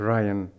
Ryan